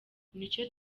nicyo